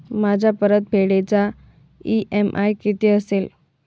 माझ्या कर्जपरतफेडीचा इ.एम.आय किती असेल?